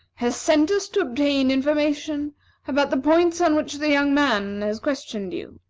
has sent us to obtain information about the points on which the young man questioned you